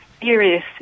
serious